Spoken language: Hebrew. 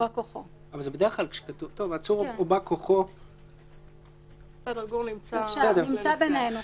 העצור או בא-כוחו --- נמצא בינינו.